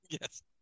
Yes